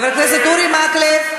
חברי הכנסת אורי מקלב,